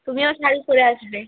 তুমিও শাড়ি পরে আসবে